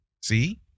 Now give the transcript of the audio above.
See